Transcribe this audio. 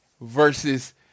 versus